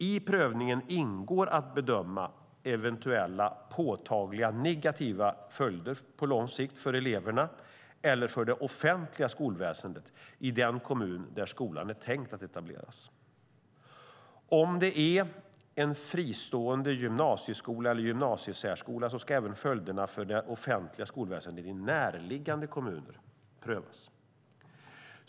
I prövningen ingår att bedöma eventuella påtagliga negativa följder på lång sikt för eleverna eller för det offentliga skolväsendet i den kommun där skolan är tänkt att etableras. Om det är en fristående gymnasieskola eller gymnasiesärskola ska även följderna för det offentliga skolväsendet i närliggande kommuner prövas.